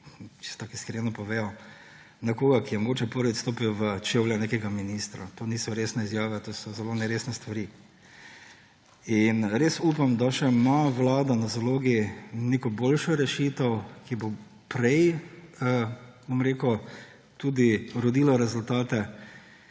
čisto tako iskreno bom povedal – za nekoga, ki je mogoče prvič stopil v čevlje nekega ministra. To niso resne izjave, to so zelo neresne stvari. In res upam, da še ima Vlada na zalogi neko boljšo rešitev, ki bo prej tudi rodila rezultate.